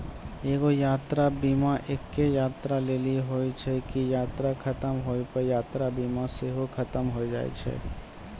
एगो यात्रा बीमा एक्के यात्रा लेली होय छै जे की यात्रा खतम होय पे यात्रा बीमा सेहो खतम होय जाय छै